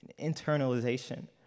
internalization